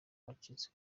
abacitse